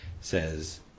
says